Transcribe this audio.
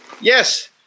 Yes